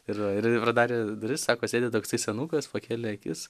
ir ir ji pradarė duris sako sėdi toksai senukas pakėlė akis